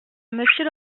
monsieur